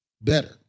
better